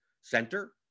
center